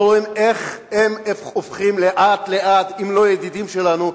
ורואים איך הם הופכים לאט לאט אם לא ידידים שלנו,